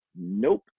nope